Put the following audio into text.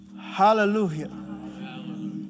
Hallelujah